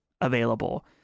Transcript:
available